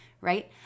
right